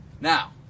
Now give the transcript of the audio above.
now